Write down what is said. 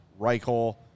Reichel